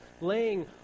laying